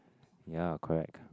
ya correct